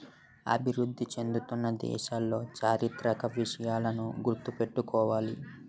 అభివృద్ధి చెందుతున్న దేశాలు చారిత్రక విషయాలను గుర్తు పెట్టుకోవాలి